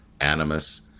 animus